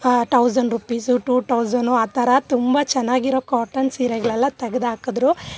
thousand rupees two ಥೌಸೆನೊ ಆ ಥರ ತುಂಬ ಚೆನ್ನಾಗಿರೊ ಕಾಟನ್ ಸೀರೆಗಳೆಲ್ಲ ತೆಗೆದ್ ಹಾಕಿದ್ರು